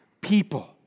people